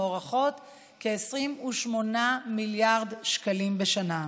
מוערכות בכ-28 מיליארד שקלים בשנה.